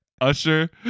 Usher